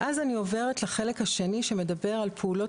ואז אני עוברת לחלק השני שמדבר על פעולות